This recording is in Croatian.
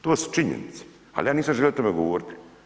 To su činjenice ali ja nisam želio o tome govoriti.